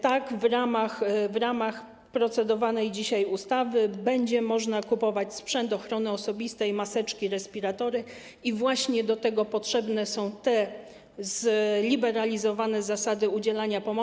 Tak, w ramach realizacji procedowanej dzisiaj ustawy będzie można kupować sprzęt ochrony osobistej, maseczki, respiratory, i właśnie do tego potrzebne są te zliberalizowane zasady udzielania pomocy.